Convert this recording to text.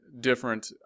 different